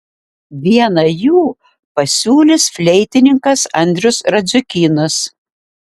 vieną jų pasiūlys fleitininkas andrius radziukynas